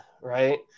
right